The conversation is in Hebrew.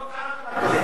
עוד לא קרה דבר כזה.